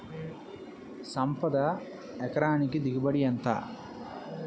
సంపద ఎకరానికి దిగుబడి ఎంత?